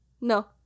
No